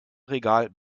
regal